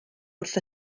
wrth